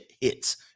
hits